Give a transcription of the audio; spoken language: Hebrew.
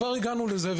כבר הגענו לזה,